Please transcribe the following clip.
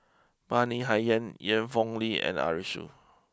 Bani Haykal Ian for Ong Li and Arasu